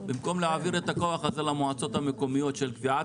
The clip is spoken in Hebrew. במקום להעביר את הכוח הזה למועצות המקומיות של קביעת